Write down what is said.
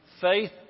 Faith